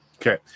Okay